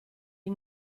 gli